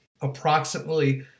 approximately